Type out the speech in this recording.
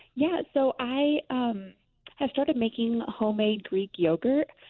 yeah so i um i started making homemade greek yogurt.